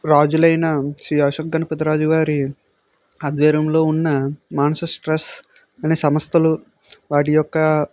రాజులైన శ్రీ అశోక్ గణపతి రాజువారి ఆధ్వర్యంలో ఉన్న మానస ట్రస్ట్ అనే సంస్థలు వాటి యొక్క